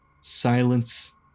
silence